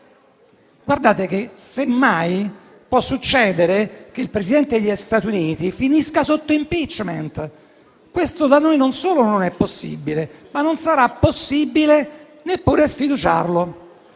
Parlamento? Semmai può succedere che il Presidente degli Stati Uniti finisca sotto *impeachment*. Questo da noi non solo non è possibile, ma non sarà possibile neppure sfiduciarlo.